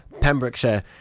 Pembrokeshire